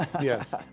Yes